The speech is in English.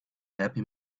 happy